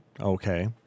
Okay